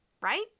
right